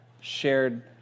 shared